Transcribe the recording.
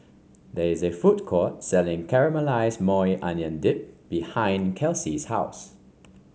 there is a food court selling Caramelized Maui Onion Dip behind Kelsey's house